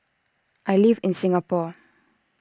I live in Singapore